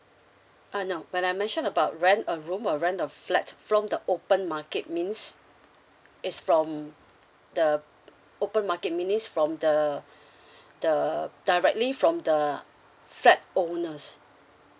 uh no when I mentioned about rent a room or rent a flat from the open market means it's from the open market meaning from the the directly from the flat owners